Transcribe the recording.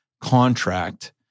contract